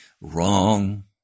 Wrong